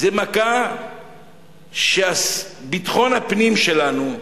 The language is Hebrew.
היא מכה שביטחון הפנים שלנו,